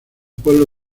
pueblo